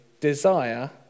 desire